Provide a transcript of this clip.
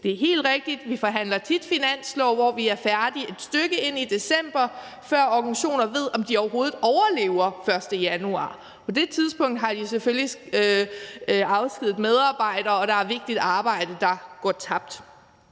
Det er helt rigtigt, at vi tit forhandler finanslov, hvor vi er færdige et stykke inde i december, før organisationer ved, om de overhovedet overlever den 1. januar. På det tidspunkt har de jo selvfølgelig afskediget medarbejdere, og der er vigtigt arbejde, der går tabt.